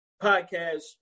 podcast